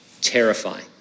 terrifying